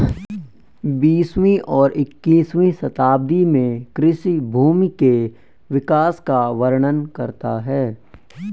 बीसवीं और इक्कीसवीं शताब्दी में कृषि भूमि के विकास का वर्णन करता है